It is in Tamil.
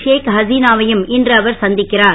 ஷேக் ஹசீனா வையும் இன்று அவர் சந்திக்கிறார்